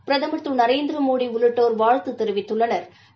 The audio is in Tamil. பிரதமா் திரு நரேந்திரமோடி உள்ளிட்டோர் வாழ்த்து தெரிவித்துள்ளனா்